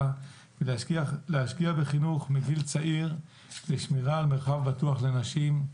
ולהשקיע בחינוך מגיל צעיר לשמירה על מרחב בטוח לנשים,